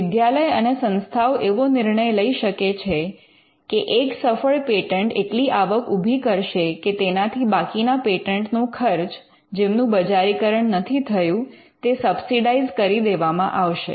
વિદ્યાલય અને સંસ્થાઓ એવો નિર્ણય લઈ શકે છે કે એક સફળ પેટન્ટ એટલી આવક ઉભી કરશે કે તેનાથી બાકીના પૅટન્ટ નો ખર્ચ જેમનું બજારી કરણ નથી થયું તે સબસીડાઈઝ કરી દેવામાં આવશે